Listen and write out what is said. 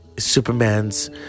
Superman's